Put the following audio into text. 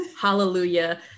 Hallelujah